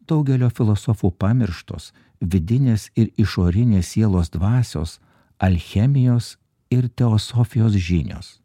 daugelio filosofų pamirštos vidinės ir išorinės sielos dvasios alchemijos ir teosofijos žinios